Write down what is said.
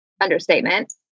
understatement